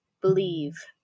believe